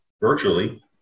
virtually